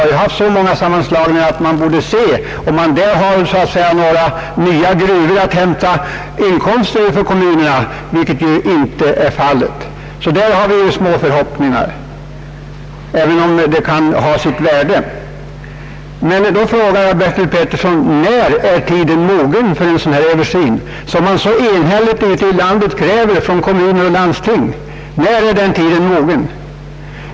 Det har ju gjorts så många sammanslagningar, att man borde se om det så att säga har blivit några nya gruvor att hämta inkomster ur för kommunerna. Så är ju inte fallet. Därvidlag är förhoppningarna ringa, även om reformen i och för sig kan ha sitt värde. Då frågar jag herr Bertil Petersson: När är tiden mogen för en sådan översyn som kommuner och landsting så enhälligt kräver?